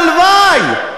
הלוואי.